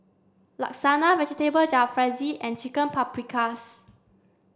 Lasagna Vegetable Jalfrezi and Chicken Paprikas